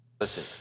Listen